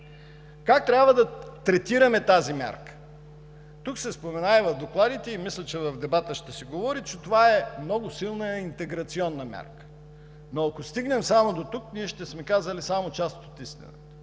Как трябва да третираме тази мярка? Тук се споменава и в докладите, мисля, че и в дебата ще се говори, че това е много силна интеграционна мярка, но ако стигнем само дотук, ще сме казали само част от истината.